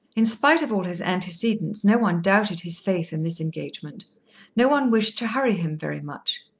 in spite of all his antecedents no one doubted his faith in this engagement no one wished to hurry him very much.